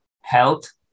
health